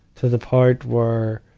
to the part where, ah,